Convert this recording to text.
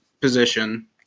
position